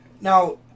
Now